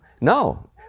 no